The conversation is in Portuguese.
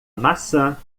maçã